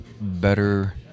better